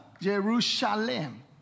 Jerusalem